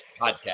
Podcast